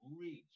reach